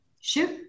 shoot